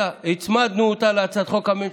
הצמדנו אותה להצעת החוק הממשלתית.